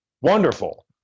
wonderful